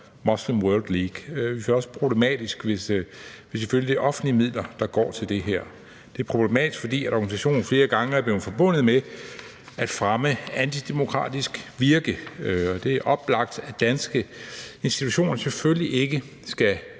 Muslim World League. Vi finder det selvfølgelig også problematisk, hvis det er offentlige midler, der går til det her. Det er problematisk, fordi organisationen flere gange er blevet forbundet med at fremme antidemokratisk virke, og det er oplagt, at danske institutioner selvfølgelig ikke skal